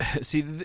see